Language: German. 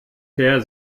her